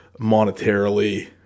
monetarily